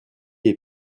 ait